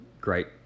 great